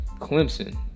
Clemson